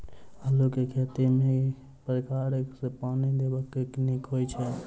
आलु केँ खेत मे केँ प्रकार सँ पानि देबाक नीक होइ छै?